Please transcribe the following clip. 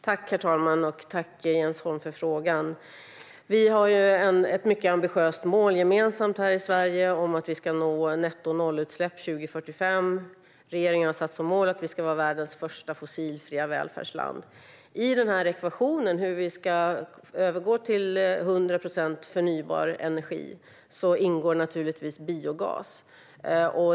Herr talman! Tack, Jens Holm, för frågan! Vi har ett mycket ambitiöst gemensamt mål här i Sverige om att nå nettonollutsläpp 2045. Och regeringen har satt som mål att vi ska vara världens första fossilfria välfärdsland. I ekvationen för hur vi ska övergå till 100 procent förnybar energi ingår naturligtvis biogas.